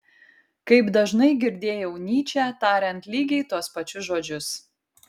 kaip dažnai girdėjau nyčę tariant lygiai tuos pačius žodžius